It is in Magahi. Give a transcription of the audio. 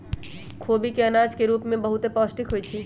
खोबि के अनाज के रूप में बहुते पौष्टिक होइ छइ